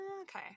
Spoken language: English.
Okay